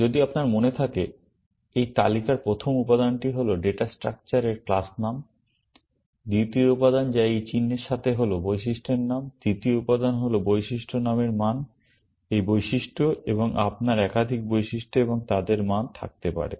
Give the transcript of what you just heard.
যদি আপনার মনে থাকে এই তালিকার প্রথম উপাদানটি হল ডেটা স্ট্রাকচারের ক্লাস নাম দ্বিতীয় উপাদান যা এই চিহ্নের সাথে হল বৈশিষ্ট্যের নাম তৃতীয় উপাদান হল বৈশিষ্ট্য নামের মান এই বৈশিষ্ট্য এবং আপনার একাধিক বৈশিষ্ট্য এবং তাদের মান থাকতে পারে